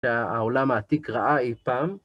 העולם העתיק ראה אי פעם.